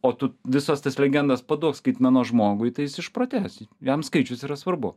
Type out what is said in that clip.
o tu visas tas legendas paduok skaitmenos žmogui tai jis išprotės jam skaičius yra svarbu